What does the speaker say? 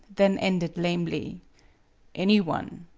then ended lamely any one.